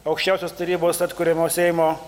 aukščiausios tarybos atkuriamo seimo